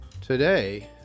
Today